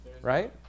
right